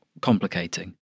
complicating